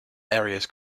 areas